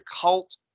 cult